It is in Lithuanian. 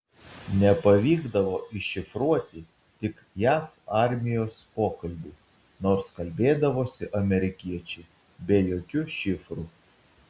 nepavykdavo iššifruoti tik jav armijos pokalbių nors kalbėdavosi amerikiečiai be jokių šifrų